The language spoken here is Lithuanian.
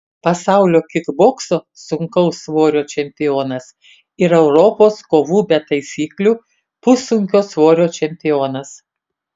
pasaulio kikbokso sunkaus svorio čempionas ir europos kovų be taisyklių pussunkio svorio čempionas